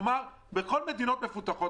כלומר, זה קיים בכל המדינות המפותחות.